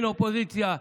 הן באופוזיציה,